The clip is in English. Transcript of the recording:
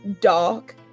dark